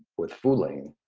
with fu ling,